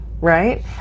right